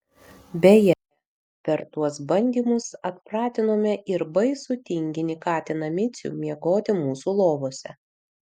beje per tuos bandymus atpratinome ir baisų tinginį katiną micių miegoti mūsų lovose